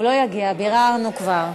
לא יגיע, ביררנו כבר.